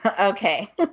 Okay